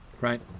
Right